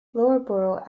loughborough